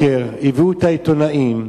04:00 הביאו את העיתונאים,